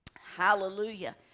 hallelujah